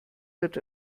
wird